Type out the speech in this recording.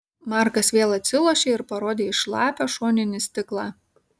markas vėl atsilošė ir parodė į šlapią šoninį stiklą